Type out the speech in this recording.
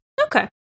Okay